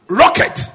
rocket